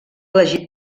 elegit